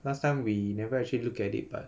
last time we never actually look at it but